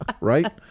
right